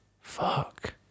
fuck